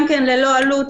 גם ללא עלות,